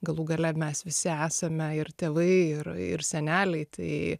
galų gale mes visi esame ir tėvai ir ir seneliai tai